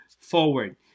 forward